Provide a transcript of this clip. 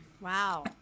Wow